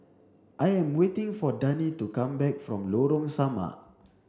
I am waiting for Dani to come back from Lorong Samak